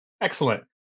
Excellent